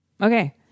Okay